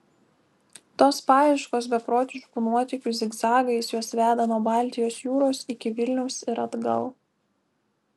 tos paieškos beprotiškų nuotykių zigzagais juos veda nuo baltijos jūros iki vilniaus ir atgal